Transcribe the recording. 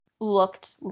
looked